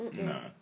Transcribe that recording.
No